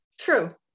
True